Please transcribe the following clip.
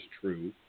true